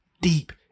deep